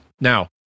Now